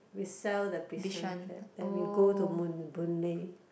we sell the Bishan flat then we go to moon Boon-Lay